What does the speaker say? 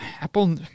Apple